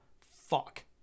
fuck